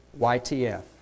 YTF